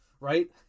right